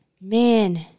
Man